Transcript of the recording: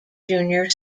junior